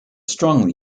strongly